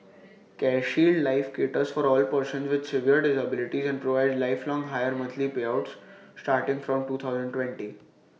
CareShield life caters for all persons with severe disabilities and provides lifelong higher monthly payouts starting from two thousand twenty